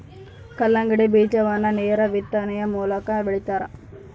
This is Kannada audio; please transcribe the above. ಕಲ್ಲಂಗಡಿ ಬೀಜವನ್ನು ನೇರ ಬಿತ್ತನೆಯ ಮೂಲಕ ಬೆಳಿತಾರ